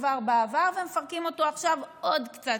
כבר בעבר ומפרקים אותו עכשיו עוד קצת.